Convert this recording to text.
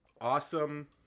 awesome